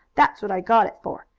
that's what i got it for.